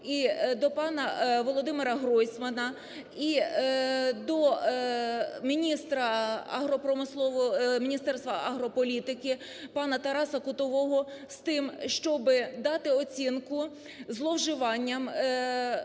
і до пана Володимира Гройсмана і до міністра агропромислової.... Міністерства агрополітики пана Тараса Кутового з тим, щоби дати оцінку зловживанням